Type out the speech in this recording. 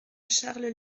challes